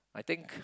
I think